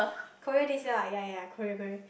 Korea this year ah ya ya Korea Korea